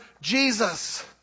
Jesus